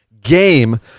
game